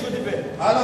המשטרה.